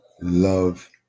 love